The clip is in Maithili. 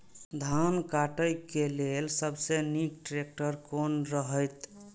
धान काटय के लेल सबसे नीक ट्रैक्टर कोन रहैत?